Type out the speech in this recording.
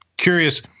Curious